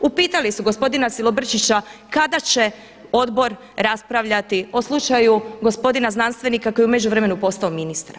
Upitali su gospodina Silobrčića kada će odbor raspravljati o slučaju gospodina znanstvenika koji je u međuvremenu postao ministar.